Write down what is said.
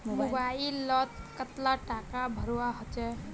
Mobile लोत कतला टाका भरवा होचे?